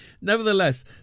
Nevertheless